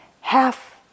half